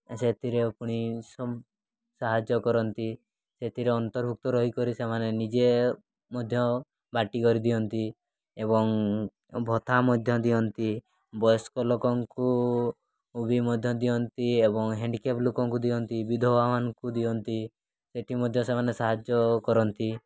ସେଥିରେ ପୁଣି ସାହାଯ୍ୟ କରନ୍ତି ସେଥିରେ ଅନ୍ତର୍ଭୁକ୍ତ ରହିକରି ସେମାନେ ନିଜେ ମଧ୍ୟ ବାଟିକରି ଦିଅନ୍ତି ଏବଂ ଭତ୍ତା ମଧ୍ୟ ଦିଅନ୍ତି ବୟସ୍କ ଲୋକଙ୍କୁ ବି ମଧ୍ୟ ଦିଅନ୍ତି ଏବଂ ହ୍ୟାଣ୍ଡିକାପ୍ ଲୋକଙ୍କୁ ଦିଅନ୍ତି ବିଧବାମାନଙ୍କୁ ଦିଅନ୍ତି ସେଠି ମଧ୍ୟ ସେମାନେ ସାହାଯ୍ୟ କରନ୍ତି